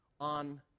on